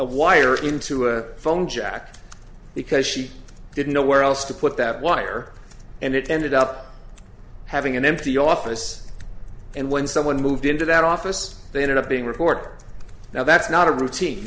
wire into a phone jack because she didn't know where else to put that wire and it ended up having an empty office and when someone moved into that office they ended up being report now that's not a routine